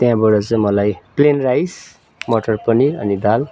त्यहाँबाट चाहिँ मलाई प्लेन राइस मटर पनिर अनि दाल